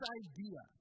idea